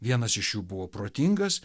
vienas iš jų buvo protingas